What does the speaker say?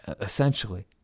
essentially